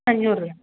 അഞ്ഞൂറ് രൂപ